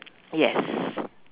yes